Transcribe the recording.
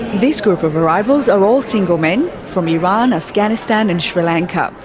this group of arrivals are all single men from iran, afghanistan and sri lanka.